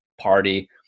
party